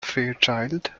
fairchild